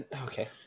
Okay